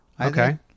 Okay